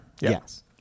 Yes